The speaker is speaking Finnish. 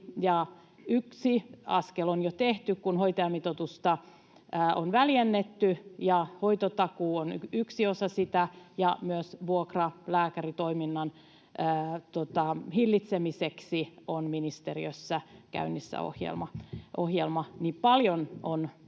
yksi askel on jo tehty, kun hoitajamitoitusta on väljennetty. Hoitotakuu on yksi osa sitä, ja myös vuokralääkäritoiminnan hillitsemiseksi on ministeriössä käynnissä ohjelma. Paljon on tämän